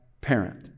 parent